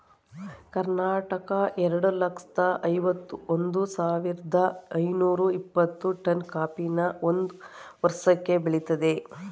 ಕರ್ನಾಟಕ ಎರಡ್ ಲಕ್ಷ್ದ ಐವತ್ ಒಂದ್ ಸಾವಿರ್ದ ಐನೂರ ಇಪ್ಪತ್ತು ಟನ್ ಕಾಫಿನ ಒಂದ್ ವರ್ಷಕ್ಕೆ ಬೆಳಿತದೆ